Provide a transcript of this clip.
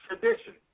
tradition